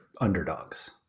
underdogs